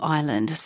Island